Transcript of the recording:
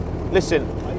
listen